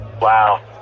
Wow